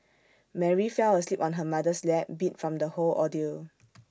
Mary fell asleep on her mother's lap beat from the whole ordeal